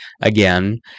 again